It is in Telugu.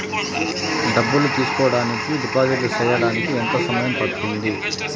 డబ్బులు తీసుకోడానికి డిపాజిట్లు సేయడానికి ఎంత సమయం పడ్తుంది